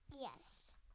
Yes